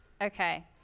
Okay